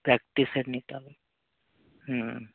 practice set নিতে হবে হুম